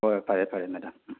ꯍꯣꯏ ꯍꯣꯏ ꯐꯔꯦ ꯐꯔꯦ ꯃꯦꯗꯥꯝ ꯎꯝ